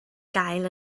gael